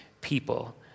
people